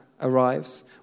arrives